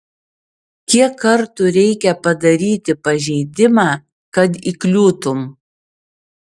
kiek kartų reikia padaryti pažeidimą kad įkliūtum